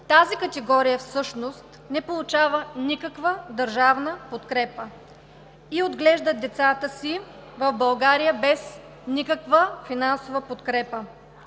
Тази категория всъщност не получава никаква държавна подкрепа и отглежда децата си в България без никаква финансова подкрепа.